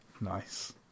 Nice